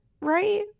right